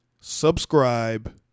subscribe